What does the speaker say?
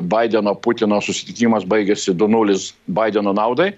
baideno putino susitikimas baigėsi du nulis baideno naudai